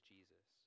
Jesus